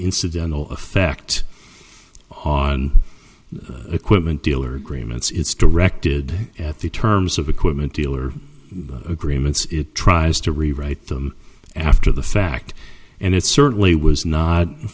incidental effect on equipment dealer agreements it's directed at the terms of equipment dealer agreements it tries to rewrite them after the fact and it certainly was not